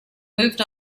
moved